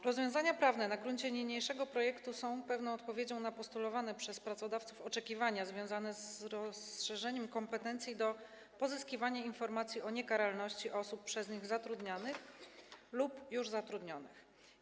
Rozwiązania prawne na gruncie niniejszego projektu są pewną odpowiedzią na postulowane przez pracodawców oczekiwania związane z rozszerzeniem kompetencji do pozyskiwania informacji o niekaralności osób przez nich zatrudnianych lub już zatrudnionych.